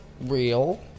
real